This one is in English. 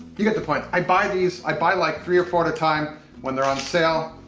you get the point. i buy these. i buy like three or four at a time when they're on sale.